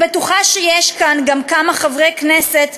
אני בטוחה שיש כאן גם כמה חברי כנסת